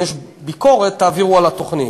אם יש ביקורת, תעבירו על התוכנית.